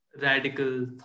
radical